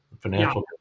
Financial